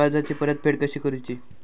कर्जाची परतफेड कशी करूची?